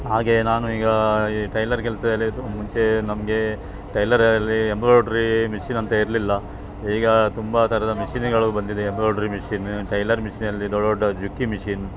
ಹಾಗೇ ನಾನು ಈಗ ಈ ಟೈಲರ್ ಕೆಲಸದಲ್ಲಿದ್ದು ಮುಂಚೆ ನಮಗೆ ಟೈಲರಲ್ಲಿ ಎಂಬ್ರಾಯ್ಡ್ರಿ ಮಿಷಿನ್ ಎಂಥ ಇರಲಿಲ್ಲ ಈಗ ತುಂಬ ಥರದ ಮಿಷಿನುಗಳು ಬಂದಿದೆ ಎಂಬ್ರಾಯ್ಡ್ರಿ ಮಿಷಿನ್ ಟೈಲರ್ ಮಿಷಿನಲ್ಲಿ ದೊಡ್ಡ ದೊಡ್ಡ ಝಿಕ್ಕಿ ಮಿಷಿನ್